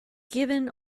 given